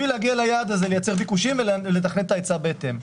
לייצר ביקושים ולתכנן את ההיצע בהתאם.